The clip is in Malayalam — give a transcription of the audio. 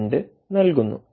2 നൽകുന്നു